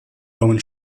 bone